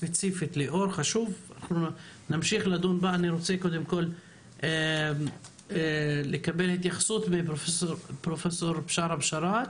אני רוצה לקבל התייחסות מפרופסור בשארה בשאראת.